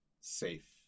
Safe